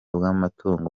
bw’amatungo